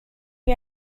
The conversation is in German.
wir